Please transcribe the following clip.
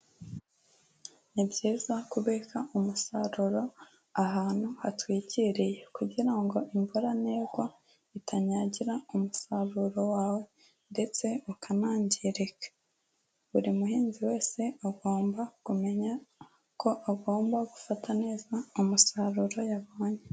Ni byiza kubika umusaruro ahantu hatwikiye, kugira ngo imvura nigwa itanyagira umusaruro wawe ndetse ukanangirika. Buri muhinzi wese agomba kumenya ko agomba gufata neza umusaruro yabonye.